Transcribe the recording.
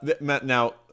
Now